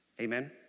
Amen